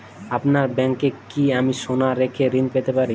আপনার ব্যাংকে কি আমি সোনা রেখে ঋণ পেতে পারি?